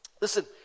Listen